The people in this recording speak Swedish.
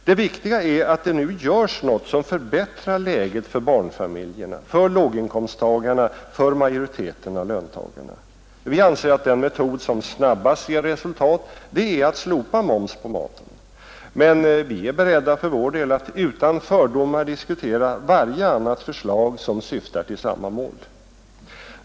Det viktiga är att det nu görs någonting som förbättrar läget för barnfamiljerna, för låginkomsttagarna, för majoriteten av löntagarna. Vi anser att den metod som snabbast ger resultat är att slopa moms på maten, men vi är för vår del beredda att utan fördomar diskutera varje annat förslag som syftar till samma mål.